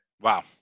Wow